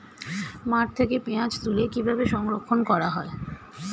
মাঠ থেকে পেঁয়াজ তুলে কিভাবে সংরক্ষণ করা হয়?